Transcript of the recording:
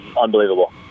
unbelievable